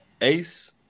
ace